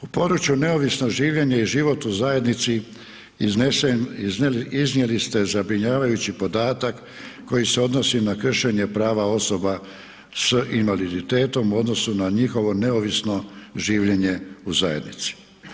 U području neovisnog življenja i život iznesen, iznijeli ste zabrinjavajući podatak koji se odnosi na kršenje prava osoba s invaliditetom u odnosu na njihovo neovisno življenje u zajednici.